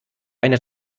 eine